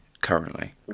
currently